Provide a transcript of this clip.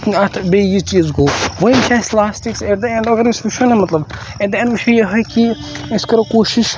سُہ اَتھ بیٚیہِ یہِ چیٖز گوٚو وۄنۍ چھِ اَسہِ لاسٹَس ایٹ دَ ایٚنٛڈ اَگَر نہٕ أسۍ وٕچھو نہَ مَطلَب ایٹ دَ ایٚنٛڈ وۄنۍ چھُ یِہٕے کہِ أسۍ کَرَو کوٗشِش